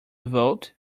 vote